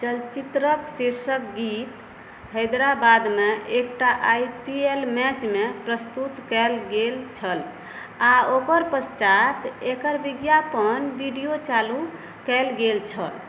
चलचित्रक शीर्षक गीत हैदराबादमे एकटा आई पी एल मैचमे प्रस्तुत कयल गेल छल आ ओकर पश्चात एकर विज्ञापन वीडियो चालू कयल गेल छल